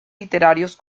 literarios